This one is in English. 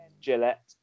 Gillette